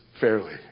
fairly